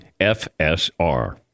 FSR